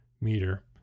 Meter